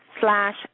slash